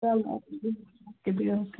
چلو اَدٕ کیٛاہ بِہِو